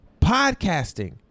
Podcasting